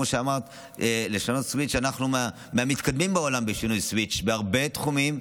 אמרת "לעשות סוויץ'" אנחנו מהמתקדמים בעולם בלעשות סוויץ' בהרבה תחומים,